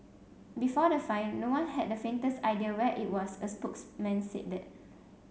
before the find no one had the faintest idea where it was a spokesman said that